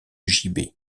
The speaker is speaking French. gibet